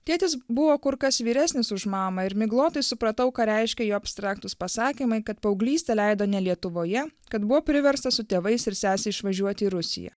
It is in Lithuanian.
tėtis buvo kur kas vyresnis už mamą ir miglotai supratau ką reiškia jo abstraktūs pasakymai kad paauglystę leido ne lietuvoje kad buvo priverstas su tėvais ir sese išvažiuot į rusiją